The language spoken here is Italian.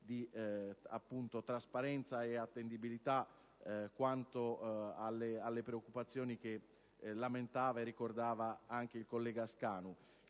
di trasparenza e attendibilità rispetto alle preoccupazioni che lamentava e ricordava anche il collega Scanu.